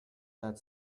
that